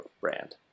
brand